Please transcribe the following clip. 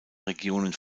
regionen